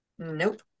nope